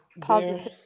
positive